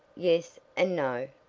yes, and no.